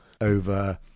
over